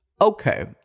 Okay